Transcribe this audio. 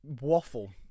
waffle